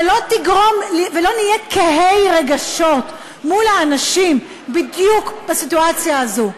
ולא נהיה קהי רגשות מול האנשים בדיוק בסיטואציה הזאת.